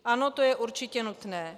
Ano, to je určitě nutné.